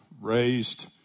raised